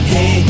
Hey